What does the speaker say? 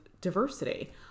diversity